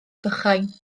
bychain